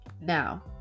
now